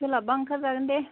सोलाब्बा ओंखार जागोन दे